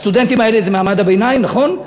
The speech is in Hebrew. הסטודנטים האלה זה מעמד הביניים, נכון?